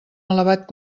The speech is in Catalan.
elevat